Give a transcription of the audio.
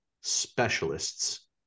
specialists